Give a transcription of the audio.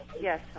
Yes